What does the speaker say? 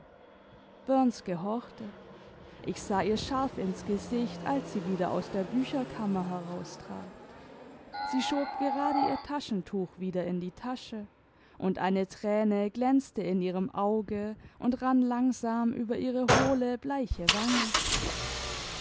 gehorchte ich sah ihr scharf ins gesicht als sie wieder aus der bücherkammer heraustrat sie schob gerade ihr taschentuch wieder in die tasche und eine thräne glänzte in ihrem auge und rann langsam über ihre hohle bleiche wange